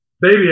baby